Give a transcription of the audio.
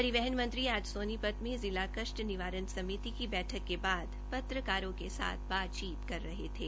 परिवहन मंत्री आज सोनीपत में जिला कष्ट निवारण समिति की बैठक के बाद पत्रकारों के साथ बातचीत कर रहे थे